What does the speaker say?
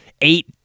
eight